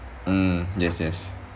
mm yes yes